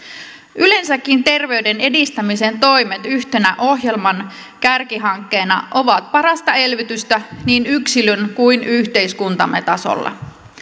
yleensäkin terveyden edistämisen toimet yhtenä ohjelman kärkihankkeena ovat parasta elvytystä niin yksilön kuin yhteiskuntammekin tasolla